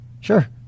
sure